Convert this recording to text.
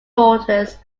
daughters